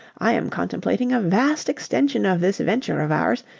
i am contemplating a vast extension of this venture of ours,